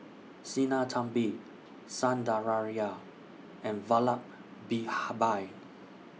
Sinnathamby Sundaraiah and Vallabhbhai